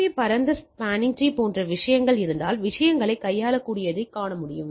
B பரந்த spinning tree போன்ற விஷயங்கள் இருந்தால் விஷயங்களை கையாளக்கூடியதைக் காண முடியும்